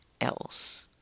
else